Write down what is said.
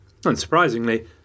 Unsurprisingly